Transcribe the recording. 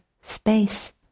space